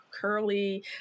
Curly